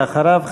ואחריו,